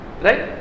Right